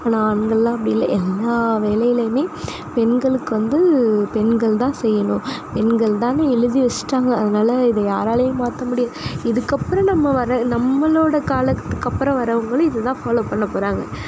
ஆனால் ஆண்களெலாம் அப்படி இல்லை எல்லா வேலையிலையுமே பெண்களுக்கு வந்து பெண்கள் தான் செய்யணும் பெண்கள் தான்னு எழுதி வச்சுட்டாங்க அதனால இதை யாராலையும் மாற்ற முடியாது இதுக்கப்புறம் நம்ம வர நம்மளோட காலத்துக்கு அப்புறம் வரவங்களும் இது தான் ஃபாலோ பண்ண போகிறாங்க